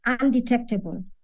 undetectable